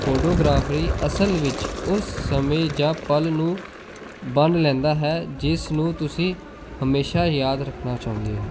photography ਅਸਲ ਵਿੱਚ ਉਸ ਸਮੇਂ ਜਾਂ ਪਲ ਨੂੰ ਬੰਨ੍ਹ ਲੈਂਦਾ ਹੈ ਜਿਸ ਨੂੰ ਤੁਸੀਂ ਹਮੇਸ਼ਾ ਯਾਦ ਰੱਖਣਾ ਚਾਹੁੰਦੇ ਹੋ